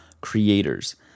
creators